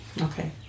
Okay